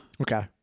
Okay